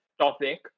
topic